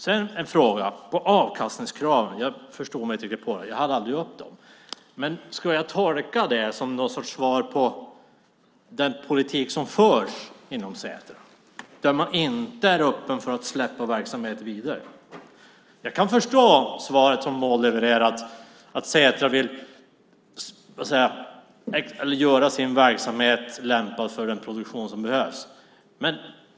Jag har en fråga om avkastningskrav. Jag förstår mig inte riktigt på det. Jag tog inte upp de frågorna. Ska jag tolka detta som något slags svar på den politik som förs inom Setra? Man är inte öppen för att släppa verksamhet vidare. Jag kan förstå det svar som Maud levererade, nämligen att Setra vill göra sin verksamhet lämpad för den produktion som behövs.